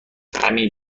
همین